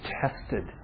tested